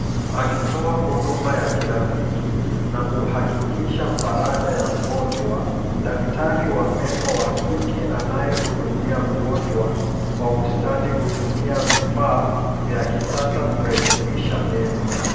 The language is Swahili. Akitoa huduma ya kirafiki na kuhakikisha faraja ya mgonjwa, daktari wa meno wa kike anayehudumia mgonjwa kwa ustadi hutumia vifaa vya kisasa kurekebisha meno.